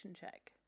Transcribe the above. check